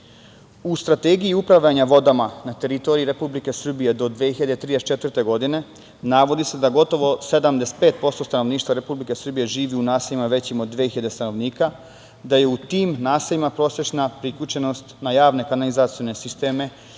U Strategiji upravljanja vodama na teritoriji Republike Srbije do 2034. godine navodi se da gotovo 75% stanovništva Republike Srbije živi u naseljima većim od 2.000 stanovnika, da je u tim naseljima prosečna priključenost na javne kanalizacione sisteme